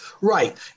Right